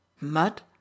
mud